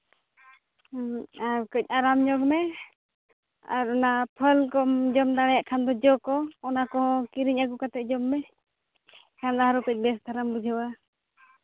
ᱟᱨ ᱠᱟᱹᱡ ᱟᱨᱟᱢ ᱧᱚᱜᱽ ᱢᱮ ᱟᱨ ᱚᱱᱟ ᱯᱷᱚᱞ ᱠᱚᱢ ᱡᱚᱢ ᱫᱟᱲᱮᱭᱟᱜ ᱠᱷᱟᱱ ᱫᱚ ᱡᱚ ᱠᱚ ᱚᱱᱟ ᱠᱚ ᱠᱤᱨᱤᱧ ᱟᱹᱜᱩ ᱠᱟᱛᱮᱫ ᱡᱚᱢ ᱢᱮ ᱛᱟᱦᱞᱮ ᱟᱨᱦᱚᱸ ᱠᱟᱹᱡ ᱵᱮᱥ ᱫᱷᱟᱨᱟᱢ ᱵᱩᱡᱷᱟᱹᱣᱟ